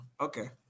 Okay